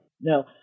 no